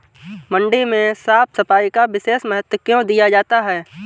मंडी में साफ सफाई का विशेष महत्व क्यो दिया जाता है?